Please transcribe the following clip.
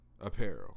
apparel